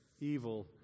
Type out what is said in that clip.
evil